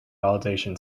validation